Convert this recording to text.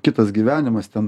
kitas gyvenimas ten